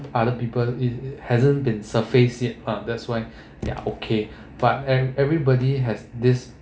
other people it it hasn't been surfaced yet uh that's why they're okay but e~ everybody has this